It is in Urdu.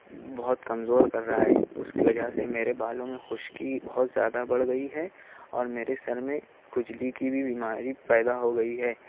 بہت کمزور کر رہا ہے اس کی وجہ سے میرے بالوں میں خشکی بہت زیادہ بڑھ گئی ہے اور میرے سر میں کھجلی کی بھی بیماری پیدا ہو گئی ہے